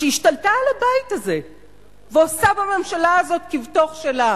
שהשתלטה על הבית הזה ועושה בממשלה הזאת כבתוך שלה